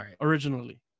originally